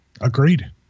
Agreed